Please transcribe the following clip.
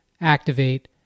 activate